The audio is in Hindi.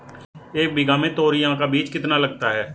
एक बीघा में तोरियां का कितना बीज लगता है?